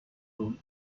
rule